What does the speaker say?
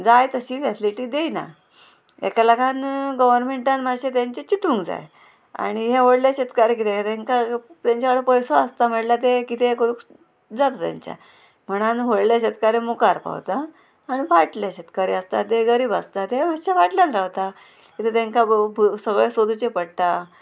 जाय तशी फेसिलिटी दिना तेका लागोन गव्हरमेंटान मातशें तेंचे चितूंक जाय आणी हे व्हडले शेतकार कितें तेंकां तेंच्या कडे पयसो आसता म्हणल्यार ते कितें करूंक जाता तेंच्यान म्हणान व्हडले शेतकऱ्या मुखार पावता आनी फाटले शेतकरी आसता ते गरीब आसता ते मातशे फाटल्यान रावता कित्या तेंकां सगळें सोदुचें पडटा